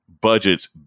budgets